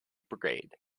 brigade